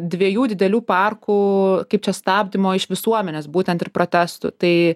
dviejų didelių parkų kaip čia stabdymo iš visuomenės būtent ir protestų tai